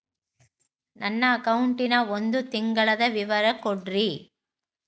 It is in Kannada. ನನ್ನ ಅಕೌಂಟಿನ ಒಂದು ತಿಂಗಳದ ವಿವರ ಕೊಡ್ರಿ?